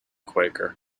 quaker